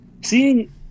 seeing